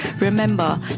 remember